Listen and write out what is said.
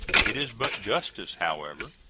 it is but justice, however,